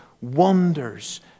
wonders